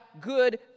good